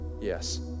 Yes